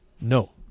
No